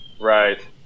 Right